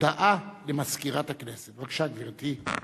הודעה למזכירת הכנסת, בבקשה, גברתי.